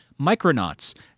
Micronauts